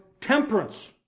temperance